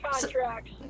contracts